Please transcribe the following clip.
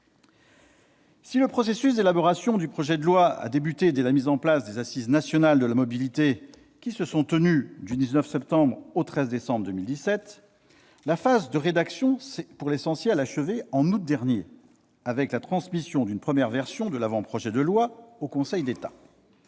Si ce processus d'élaboration a débuté dès la mise en place des Assises nationales de la mobilité, qui se sont tenues du 19 septembre au 13 décembre 2017, la phase de rédaction s'est, pour l'essentiel, achevée en août dernier avec la transmission d'une première version de l'avant-projet de loi au Conseil d'État.